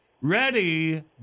ready